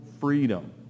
freedom